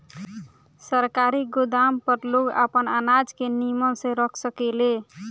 सरकारी गोदाम पर लोग आपन अनाज के निमन से रख सकेले